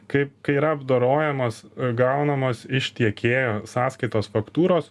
kai kai yra apdorojamos gaunamos iš tiekėjo sąskaitos faktūros